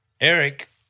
Eric